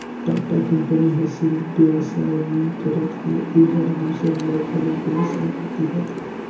Tata company ह सिरिफ बेवसाय नी करत हे एहर दूसर ल घलो बेवसाय देहत हे